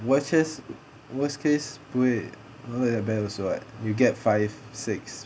worst case worst case 不会不会 that bad also [what] you get five six